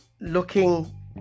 Looking